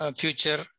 future